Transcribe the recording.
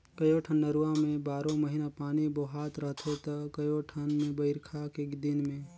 कयोठन नरूवा में बारो महिना पानी बोहात रहथे त कयोठन मे बइरखा के दिन में